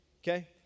Okay